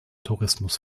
tourismus